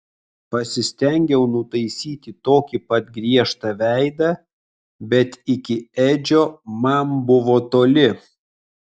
pasistengiau nutaisyti tokį pat griežtą veidą bet iki edžio man buvo toli